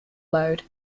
load